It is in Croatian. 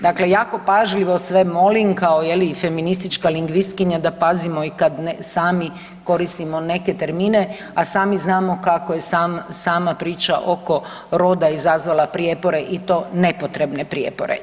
Dakle, jako pažljivo sve molim kao je li i feministička lingvistkinja da pazimo i kad sami koristimo neke termine, a sami znamo kako je sama priča oko roda izazvala prijepore i to nepotrebne prijepore.